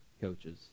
coaches